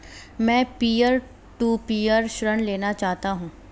मैं peer to peer ऋण लेना चाहता हूँ